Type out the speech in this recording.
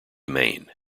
maine